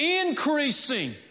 increasing